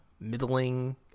middling